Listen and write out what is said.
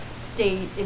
state